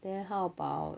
then how about